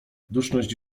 duszność